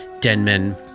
Denman